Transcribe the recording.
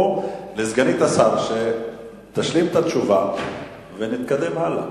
תנו לסגנית השר להשלים את התשובה ונתקדם הלאה.